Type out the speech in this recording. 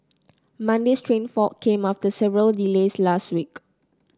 Monday's train fault came after several delays last week